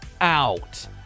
out